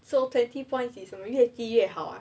so twenty points is 越低越好啊